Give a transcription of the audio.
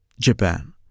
Japan